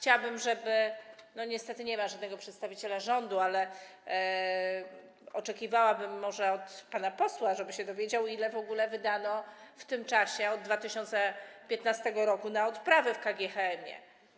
Niestety nie ma żadnego przedstawiciela rządu, ale oczekiwałabym od pana posła, żeby się dowiedział, ile w ogóle wydano w tym czasie od 2015 r. na odprawy w KGHM.